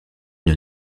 une